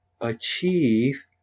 achieve